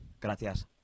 Gracias